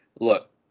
Look